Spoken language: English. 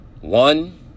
one